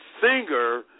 singer